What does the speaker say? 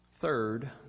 Third